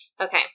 Okay